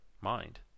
mind